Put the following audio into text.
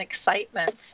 excitement